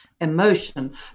emotion